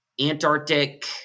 Antarctic